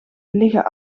liggen